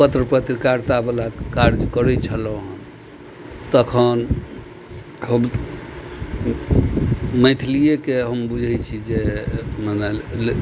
पत्र पत्रकारितावला कार्य करय छलौहँ तखन मैथिलियेके हम बुझय छी जे मने